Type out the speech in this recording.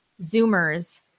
zoomers